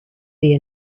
sea